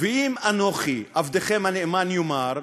ואם אנוכי, עבדכם הנאמן, יאמר "לא"